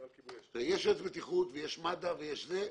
יש יועץ בטיחות ויש מד"א ויש זה.